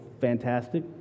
fantastic